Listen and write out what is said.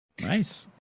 Nice